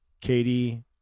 Katie